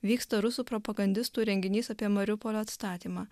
vyksta rusų propagandistų renginys apie mariupolio atstatymą